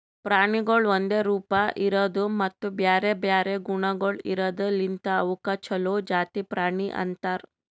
ಪ್ರಾಣಿಗೊಳ್ ಒಂದೆ ರೂಪ, ಇರದು ಮತ್ತ ಬ್ಯಾರೆ ಬ್ಯಾರೆ ಗುಣಗೊಳ್ ಇರದ್ ಲಿಂತ್ ಅವುಕ್ ಛಲೋ ಜಾತಿ ಪ್ರಾಣಿ ಅಂತರ್